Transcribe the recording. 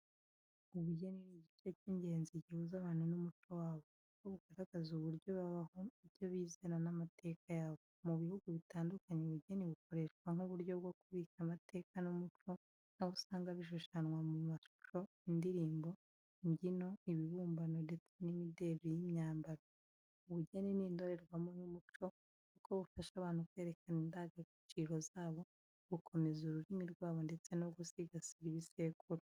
Ubugeni ni igice cy’ingenzi gihuza abantu n’umuco wabo, kuko bugaragaza uburyo babaho, ibyo bizera n’amateka yabo. Mu bihugu bitandukanye, ubugeni bukoreshwa nk’uburyo bwo kubika amateka n’umuco, aho usanga bishushanwa mu mashusho, indirimbo, imbyino, ibibumbano ndetse n’imideli y’imyambaro. Ubugeni ni indorerwamo y’umuco, kuko bufasha abantu kwerekana indangagaciro zabo, gukomeza ururimi rwabo ndetse no gusigasira ibisekuru.